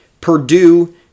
Purdue